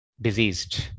diseased